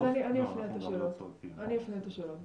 אז אני אפנה את השאלות, בסדר.